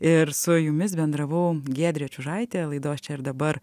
ir su jumis bendravau giedrė čiužaitė laidos čia ir dabar